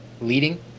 leading